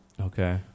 okay